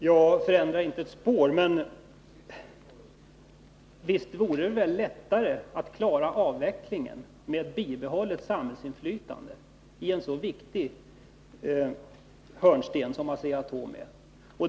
Herr talman! Men visst vore det väl lättare att klara avvecklingen med bibehållet samhällsinflytande i en så viktig hörnsten som Asea-Atom är?